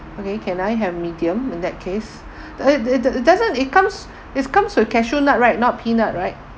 okay can I have medium in that case it it it doesn't it comes it comes with cashew nut right not peanut right